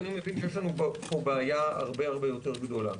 אני מבין שיש לנו פה בעיה הרבה הרבה יותר גדולה.